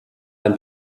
ein